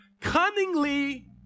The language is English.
cunningly